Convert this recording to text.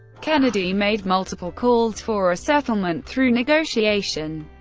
kennedy made multiple calls for a settlement through negotiation.